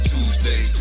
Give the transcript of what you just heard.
Tuesday